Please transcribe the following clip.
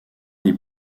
des